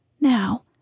Now